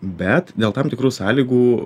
bet dėl tam tikrų sąlygų